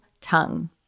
tongue